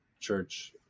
church